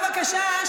בבקשה,